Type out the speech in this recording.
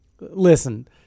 listen